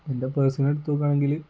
എൻ്റെ പേഴ്സൺ എടുത്തു നോക്കുകയാണെങ്കിൽ